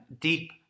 deep